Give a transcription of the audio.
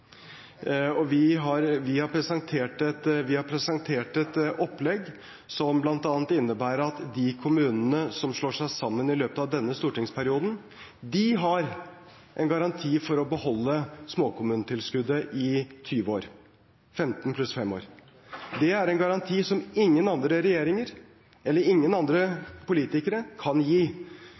Vi har presentert et opplegg som bl.a. innebærer at de kommunene som slår seg sammen i løpet av denne stortingsperioden, har en garanti for å beholde småkommunetilskuddet i 20 år – 15 år pluss fem år. Det er en garanti som ingen andre regjeringer eller ingen andre politikere kan gi.